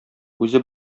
үзе